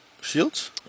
Shields